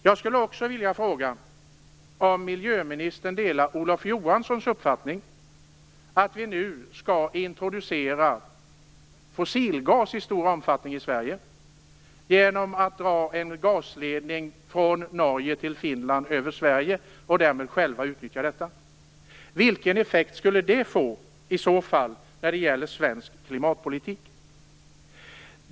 Jag skulle också vilja fråga om miljöministern delar Olof Johanssons uppfattning att vi nu i stor omfattning skall introducera fossilgas i Sverige genom att dra en ledning från Norge till Finland över Sverige och därmed själva utnyttja den? Vilken effekt skulle det i så fall få på svensk klimatpolitik?